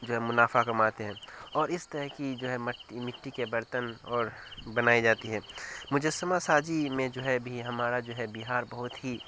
جو ہے منافع کماتے ہیں اور اس طرح کی جو ہے مٹی کے برتن اور بنائی جاتی ہیں مجسمہ سازی میں جو ہے ابھی ہمارا جو ہے بہار بہت ہی